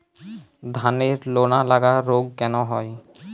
ধানের লোনা লাগা রোগ কেন হয়?